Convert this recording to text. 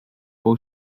pół